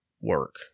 work